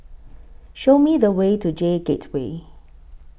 Show Me The Way to J Gateway